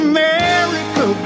America